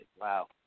Wow